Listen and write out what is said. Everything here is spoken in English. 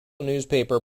newspaper